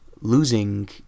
losing